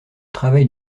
travail